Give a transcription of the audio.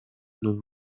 nun